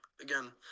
Again